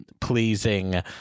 pleasing